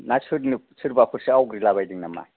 ना सोरबाफोरसो आवग्रिलाबायदों नामा